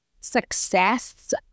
success